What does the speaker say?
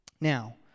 Now